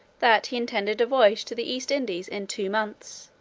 that he intended a voyage to the east indies in two months,